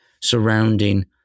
surrounding